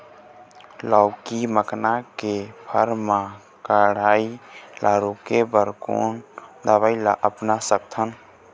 लाउकी मखना के फर मा कढ़ाई ला रोके बर कोन दवई ला अपना सकथन?